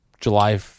July